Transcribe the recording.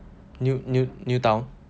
new new new town